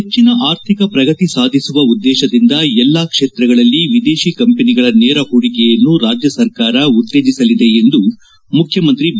ಹೆಚ್ಚಿನ ಆರ್ಥಿಕ ಪ್ರಗತಿ ಸಾಧಿಸುವ ಉದ್ದೇಶದಿಂದ ಎಲ್ಲಾ ಕ್ಷೇತ್ರಗಳಲ್ಲಿ ವಿದೇತಿ ಕಂಪನಿಗಳ ಸೇರ ಬಂಡವಾಳ ಹೂಡಿಕೆಯನ್ನು ರಾಜ್ಯ ಸರ್ಕಾರ ಉತ್ತೇಜಸಲಿದೆ ಎಂದು ಮುಖ್ಯಮಂತ್ರಿ ಬಿ